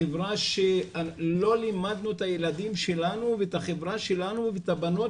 חברה שלא לימדנו את הילדים שלנו ואת החברה שלנו ואת הבנות